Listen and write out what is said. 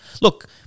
Look